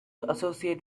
associate